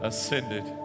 ascended